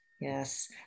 Yes